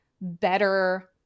better